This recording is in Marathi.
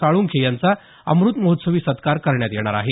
साळुंखे यांचा अमृतमहोत्सवी सत्कार करण्यात येणार आहे